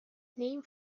name